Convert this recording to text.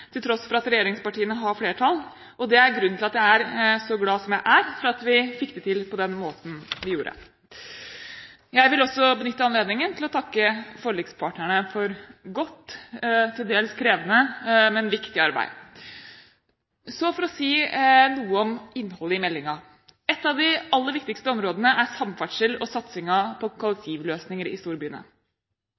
til tross for at regjeringspartiene har flertall, og det er grunnen til at jeg er så glad som jeg er for at vi fikk det til på den måten vi gjorde. Jeg vil også benytte anledningen til å takke forlikspartnerne for godt – til dels krevende – men viktig arbeid. Så vil jeg si noe om innholdet i meldingen. Ett av de aller viktigste områdene er samferdsel og satsingen på kollektivløsninger i storbyene.